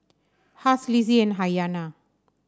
Huy Lizzie and Ayanna